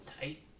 Tight